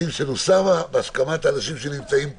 14:00, בהסכמת האנשים שנמצאים פה.